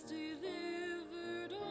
delivered